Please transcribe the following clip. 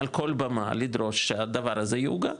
מעל כל במה לדרוש שהדבר הזה יעוגן,